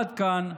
עד כאן,